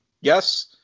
yes